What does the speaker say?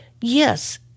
yes